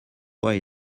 why